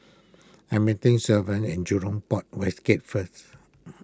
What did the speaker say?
I am meeting Savion at Jurong Port West Gate first